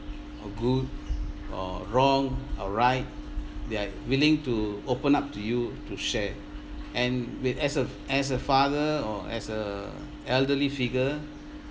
or good or wrong or right they are willing to open up to you to share and with as a as a father or as a elderly figure